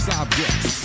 objects